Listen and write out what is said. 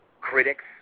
critics